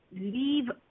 leave